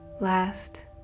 last